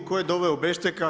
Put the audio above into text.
Tko je doveo Bešteka?